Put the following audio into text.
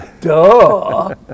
Duh